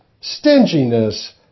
stinginess